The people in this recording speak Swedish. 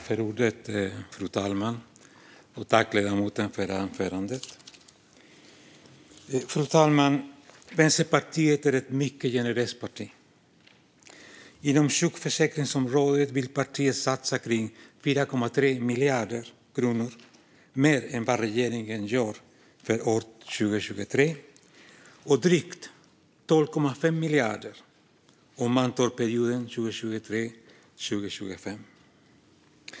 Fru talman! Vänsterpartiet är ett mycket generöst parti. Inom sjukförsäkringsområdet vill partiet satsa omkring 4,3 miljarder kronor mer än vad regeringen gör för år 2023 och drygt 12,5 miljarder för perioden 2023-2025.